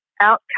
outcome